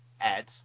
ads